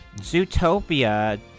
zootopia